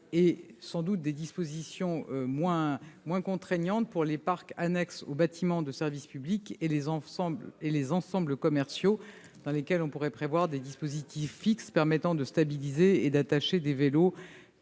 et, sans doute, des mesures moins contraignantes pour les parcs annexes aux bâtiments de service public et pour les ensembles commerciaux, dans lesquels pourraient être prévus des dispositifs fixes permettant de stabiliser et d'attacher des vélos.